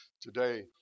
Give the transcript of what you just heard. Today